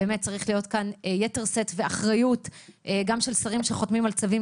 באמת צריך להיות כאן יתר שאת של אחריות גם של שרים שחותמים על צווים,